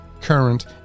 current